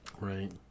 right